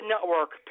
Network